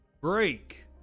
break